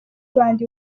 rwanda